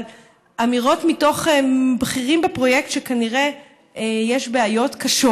אמירות מקרב בכירים בפרויקט שכנראה יש בעיות קשות.